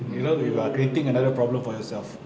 mmhmm